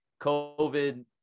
COVID